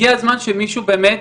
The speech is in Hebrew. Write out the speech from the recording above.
הגיע הזמן שמישהו באמת